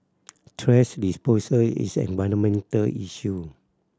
thrash disposal is an environmental issue